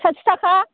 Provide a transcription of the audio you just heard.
साथि थाखा